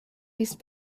east